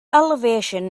elevation